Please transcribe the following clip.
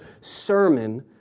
sermon